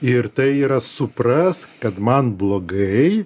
ir tai yra suprask kad man blogai